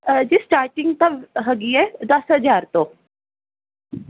ਜੀ ਸਟਾਟਿੰਗ ਤਾਂ ਹੈਗੀ ਹੈ ਦਸ ਹਜਾਰ ਤੋਂ